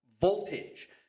voltage